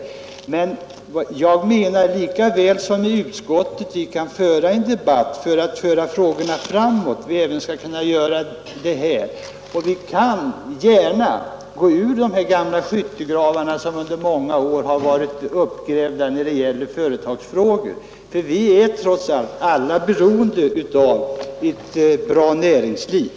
Men jag menar att vi här lika väl som i utskottet bör kunna debattera på ett sätt som för frågorna framåt. Vi kan gärna gå upp ur de gamla skyttegravarna, som under många år har varit uppgrävda när det gäller företagsfrågor, ty vi är alla trots allt beroende av ett bra näringsliv.